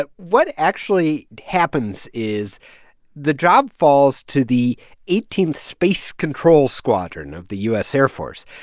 but what actually happens is the job falls to the eighteenth space control squadron of the u s. air force.